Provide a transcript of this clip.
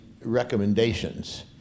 recommendations